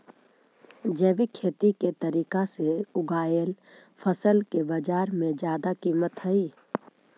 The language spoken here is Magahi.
जैविक खेती के तरीका से उगाएल फसल के बाजार में जादा कीमत हई